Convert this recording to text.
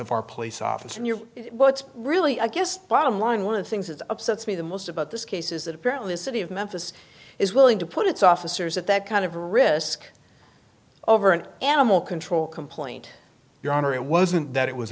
of our police officers well it's really i guess bottom line one of things that upsets me the most about this case is that apparently the city of memphis is willing to put its officers at that kind of risk over an animal control complaint your honor it wasn't that it was